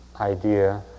idea